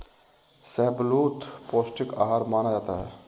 शाहबलूत पौस्टिक आहार माना जाता है